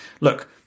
Look